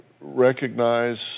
recognize